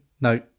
No